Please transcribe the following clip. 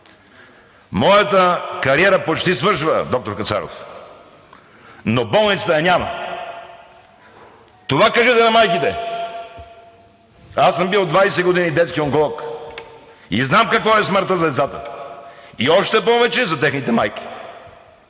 Моята кариера почти свършва, доктор Кацаров, но болницата я няма. Това кажете на майките! Аз съм бил 20 години детски онколог и знам какво е смъртта за децата, и още повече – за техните майки!